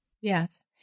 Yes